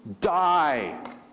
die